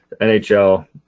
NHL